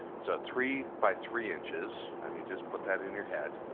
so three by three inches, i mean, just put that in your head,